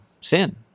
sin